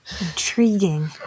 Intriguing